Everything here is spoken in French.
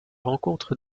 rencontre